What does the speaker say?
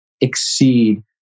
exceed